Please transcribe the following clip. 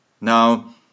Now